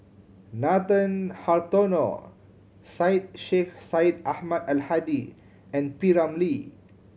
Nathan Hartono Syed Sheikh Syed Ahmad Al Hadi and P Ramlee